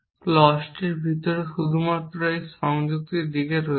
কারণ clause ফর্মটি বলে যে clauseটির ভিতরে শুধুমাত্র এই সংযোগের দিকটি রয়েছে